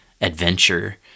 adventure